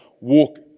walk